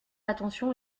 attention